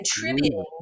contributing